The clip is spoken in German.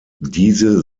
diese